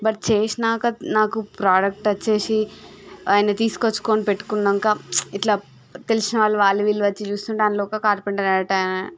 but చేసినాక నాకు product వచ్చేసి ఆయన తీసుకువచ్చుకోని పెట్టుకున్నాక ఉచ్ ఇట్ల తెలిసినవాళ్ళు వాళ్ళు వీళ్ళు వచ్చి చూస్తుంటే అందులో ఒక కార్పెంటర్ అనేటి ఆయన ఇచ్